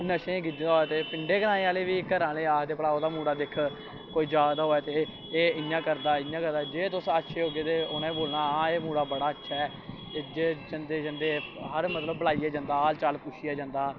नशें च गिज्जना होऐ ते पिंड ग्राएं आह्ले बी आखदे ओह्दा मुड़ा दिक्ख कोई जा दा होऐ ते एह् इ'यां करदा एह् इ'यां करदा जे तुस अच्छे होगे ते उ'नें बोलना हां एह् मुड़ा अच्छा ऐ जे जंदे जंदे हर मतलब बलाइयै जंदा हाल चाल पुछियै जंदा